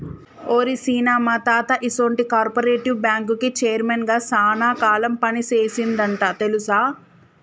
ఓరి సీన, మా తాత ఈసొంటి కార్పెరేటివ్ బ్యాంకుకి చైర్మన్ గా సాన కాలం పని సేసిండంట తెలుసా